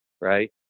right